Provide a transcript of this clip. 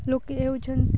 ଲୋକେ ହେଉଛନ୍ତି